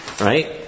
right